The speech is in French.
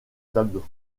tableau